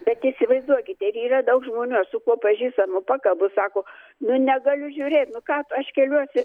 bet įsivaizduokite yra daug žmonių aš su kuo pažįstamu pakalbu sako nu negaliu žiūrėt ką aš keliuosi